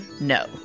no